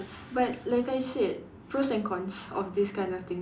but like I said pros and cons of these kind of things